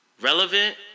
relevant